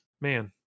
man